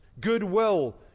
goodwill